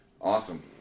Awesome